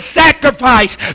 sacrifice